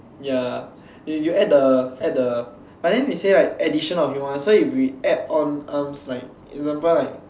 ya you add the add the but than they say right addition of humans so if we add on arms like example like